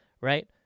Right